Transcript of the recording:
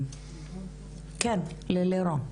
ללירון.